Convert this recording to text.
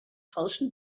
falschen